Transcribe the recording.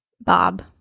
Bob